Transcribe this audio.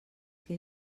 que